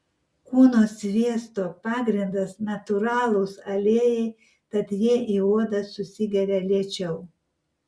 kūno sviesto pagrindas natūralūs aliejai tad jie į odą susigeria lėčiau